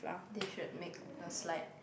they should make a slide